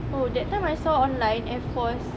oh that time I saw online air force